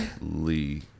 Lee